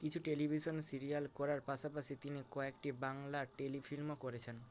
কিছু television serial করার পাশাপাশি তিনি কয়েকটি বাংলা টেলিফিল্মও করেছেন